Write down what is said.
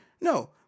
No